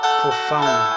profound